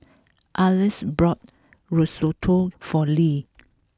Arlis bought Risotto for Lea